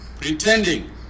pretending